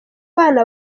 bana